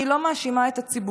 אני לא מאשימה את הציבור,